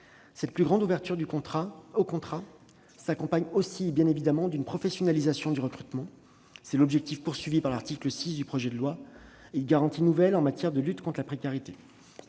Cette plus grande ouverture au contrat s'accompagne aussi bien évidemment d'une professionnalisation du recrutement- tel est l'objectif de l'article 6 du projet de loi -et de garanties nouvelles en matière de lutte contre la précarité.